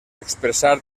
expressar